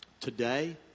Today